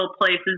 places